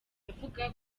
avuga